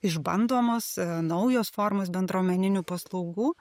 išbandomos naujos formos bendruomeninių paslaugų